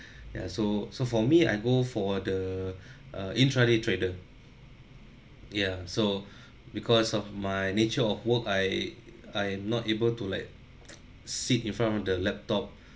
ya so so for me I go for the uh intra day trader ya so because of my nature of work I I'm not able to like sit in front of the laptop